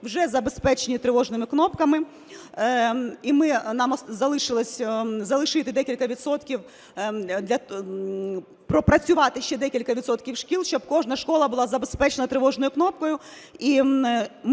вже забезпечені тривожними кнопками, і нам залишилось залишити декілька відсотків… пропрацювати ще декілька відсотків шкіл, щоб кожна школа була забезпечена тривожною кнопкою